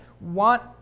want